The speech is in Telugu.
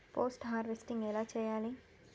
పోస్ట్ హార్వెస్టింగ్ ఎలా చెయ్యాలే?